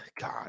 God